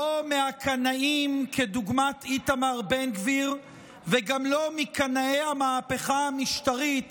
לא מהקנאים כדוגמת איתמר בן גביר וגם לא מקנאי המהפכה המשטרית